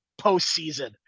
postseason